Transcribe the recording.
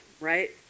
right